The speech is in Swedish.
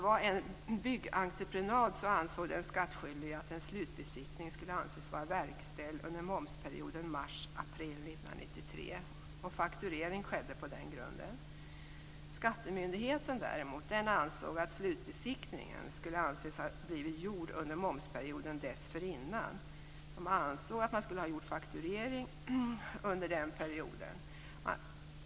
Vid en byggentreprenad ansåg den skattskyldige att en slutbesiktning skulle anses vara verkställd under momsperioden mars-april 1993. Fakturering skedde på den grunden. Skattemyndigheten däremot ansåg att slutbesiktningen skulle anses ha blivit gjord under momsperioden dessförinnan, och att fakturering skulle ha gjorts under den perioden.